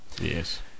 Yes